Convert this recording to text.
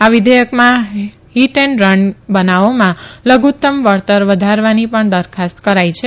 આ વિધેયકમાં hit and રનના બનાવોમાં લઘુત્તમ વળતર વધારવાની પણ દરખાસ્ત કરાઈ છે